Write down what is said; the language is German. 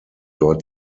dort